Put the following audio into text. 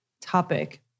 topic